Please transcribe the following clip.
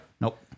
Nope